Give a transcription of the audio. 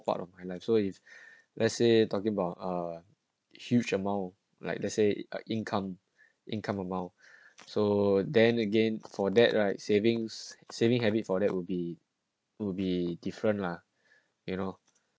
part of my life so if let's say talking about ah huge amount like let's say uh income income amount so then again for that right savings saving habit for that would be would be different lah you know